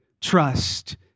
trust